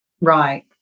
right